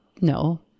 no